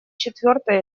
четвертый